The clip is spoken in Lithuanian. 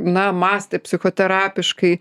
na mąstė psichoterapiškai